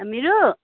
हामीहरू